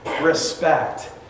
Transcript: respect